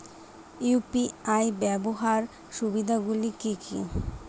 UPI ব্যাবহার সুবিধাগুলি কি কি?